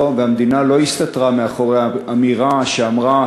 והמדינה לא הסתתרה מאחורי האמירה שאמרה: